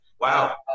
Wow